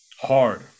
hard